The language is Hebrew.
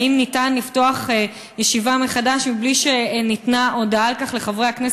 האם אפשר לפתוח ישיבה מחדש בלי שניתנה הודעה על כך לחברי הכנסת,